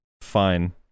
fine